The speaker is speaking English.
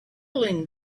also